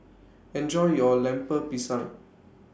Enjoy your Lemper Pisang